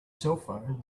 cellphone